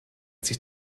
sich